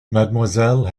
mademoiselle